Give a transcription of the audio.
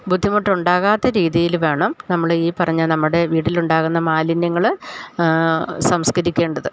ബുദ്ധിമുട്ട് ഉണ്ടാകാത്ത രീതിയില് വേണം നമ്മള് ഈ പറഞ്ഞ നമ്മുടെ വീട്ടിലുണ്ടാകുന്ന മാലിന്യങ്ങള് സംസ്കരിക്കേണ്ടത്